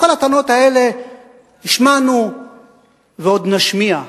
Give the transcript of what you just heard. את כל הטענות האלה השמענו ועוד נשמיע.